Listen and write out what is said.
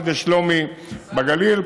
עד לשלומי בגליל,